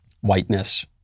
whiteness